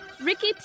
Ricky